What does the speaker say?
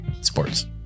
sports